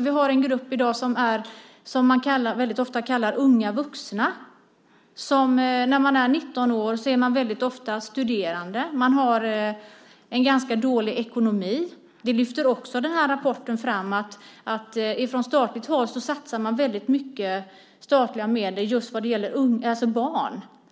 Vi har en grupp i dag som väldigt ofta kallas unga vuxna. När man är 19 år är man väldigt ofta studerande. Man har en ganska dålig ekonomi. Den här rapporten lyfter också fram att det satsas väldigt mycket statliga medel just vad gäller barn.